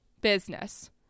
business